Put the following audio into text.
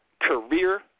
career